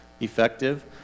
effective